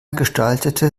gestaltete